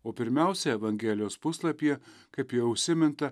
o pirmiausia evangelijos puslapyje kaip jau užsiminta